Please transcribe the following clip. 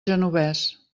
genovés